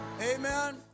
amen